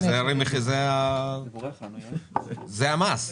זה המס.